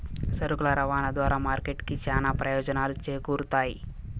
సరుకుల రవాణా ద్వారా మార్కెట్ కి చానా ప్రయోజనాలు చేకూరుతాయి